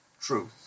truth